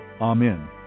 Amen